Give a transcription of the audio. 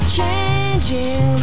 Changing